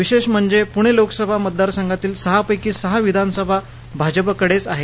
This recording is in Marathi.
विशेष म्हणजे पुणे लोकसभा मतदारसंघातील सहा पैकी सहा विधानसभा भाजपकडेच आहेत